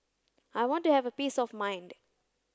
I want to have a peace of mind